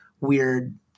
weird